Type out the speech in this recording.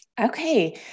Okay